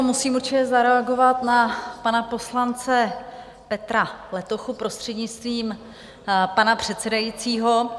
Musím určitě zareagovat na pana poslance Petra Letochu, prostřednictvím pana předsedajícího.